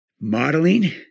modeling